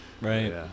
Right